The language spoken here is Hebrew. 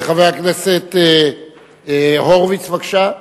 חבר הכנסת הורוביץ, בבקשה,